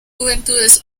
juventudes